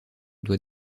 doit